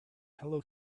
hello